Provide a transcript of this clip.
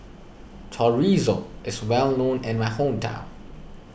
Chorizo is well known in my hometown